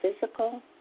physical